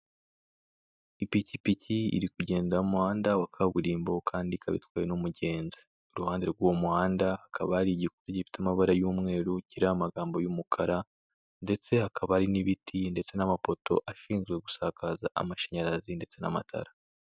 Ipikipiki iri kugenda mu muhanda wa kaburimbo kandi ikaba itwaye n'umugenzi, iruhande rw'uwo muhanda hakaba hari igikuta gifite amabara y'umweru kiriho amagambo y'umukara, ndetse hakaba hari n'ibiti ndetse n'amapoto ashinzwe gusakaza amashanyarazi ndetse n'amatara.